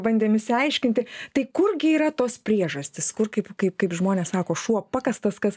bandėm išsiaiškinti tai kurgi yra tos priežastys kur kaip kaip kaip žmonės sako šuo pakastas kas